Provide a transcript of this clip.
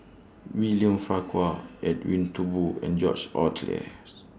William Farquhar Edwin Thumboo and George